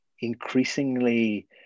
increasingly